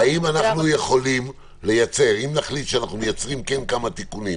שוב: אם נחליט שאנחנו מייצרים כן כמה תיקונים,